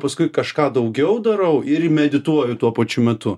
paskui kažką daugiau darau ir medituoju tuo pačiu metu